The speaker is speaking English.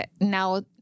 now